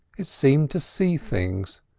it seemed to see things,